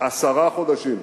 עשרה חודשים.